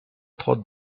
thought